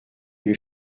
les